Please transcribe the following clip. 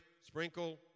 sprinkle